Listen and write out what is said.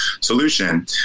solution